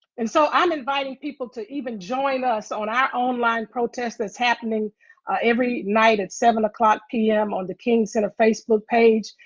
and so i'm inviting people to even join us on our own line of protest that's happening every night at seven o'clock pm on the king center facebook page,